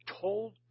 told